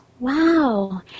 Wow